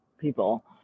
people